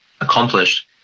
accomplished